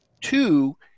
two